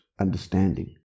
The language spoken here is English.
understanding